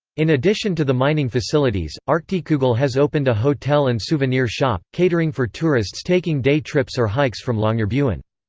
in addition to the mining facilities, arktikugol has opened a hotel and souvenir shop, catering for tourists taking day trips or hikes from longyearbyen.